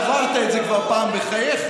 עברת את זה כבר פעם בחייך.